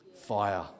Fire